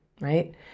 right